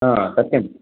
आ सत्यम्